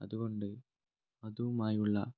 അതുകൊണ്ട് അതുമായുള്ള